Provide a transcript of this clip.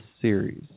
series